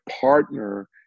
partner